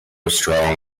strong